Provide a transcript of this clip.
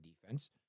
defense